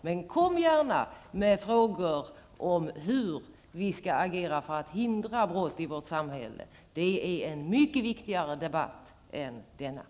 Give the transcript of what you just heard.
Men kom gärna med frågor om hur vi skall agera för att hindra brott i vårt samhälle -- det är en mycket viktigare debatt än denna.